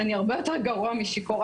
אני הרבה יותר גרוע משיכורה,